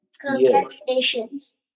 Congratulations